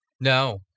No